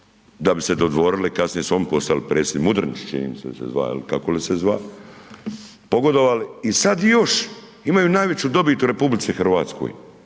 da bi se dodvorili, kasnije su oni postali predsjednici, Mudrinić čini mi se da se zva, jel, kako li se zva, pogodovali i sad još imaju najveću dobit u RH.